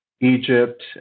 Egypt